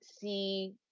see